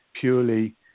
purely